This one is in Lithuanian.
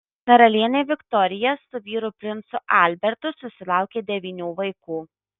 karalienė viktorija su vyru princu albertu susilaukė devynių vaikų